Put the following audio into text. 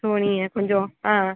so நீங்கள் கொஞ்சம் ஆ